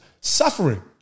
suffering